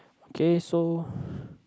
okay so